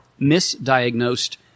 Misdiagnosed